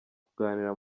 kuganira